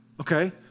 Okay